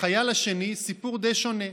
החייל השני, סיפור די שונה.